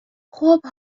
خوب